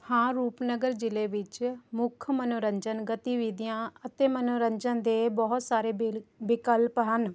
ਹਾਂ ਰੂਪਨਗਰ ਜ਼ਿਲ੍ਹੇ ਵਿੱਚ ਮੁੱਖ ਮਨੋਰੰਜਨ ਗਤੀਵਿਧੀਆਂ ਅਤੇ ਮਨੋਰੰਜਨ ਦੇ ਬਹੁਤ ਸਾਰੇ ਵਿਕਲਪ ਹਨ